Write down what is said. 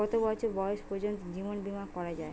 কত বছর বয়স পর্জন্ত জীবন বিমা করা য়ায়?